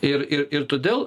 ir ir todėl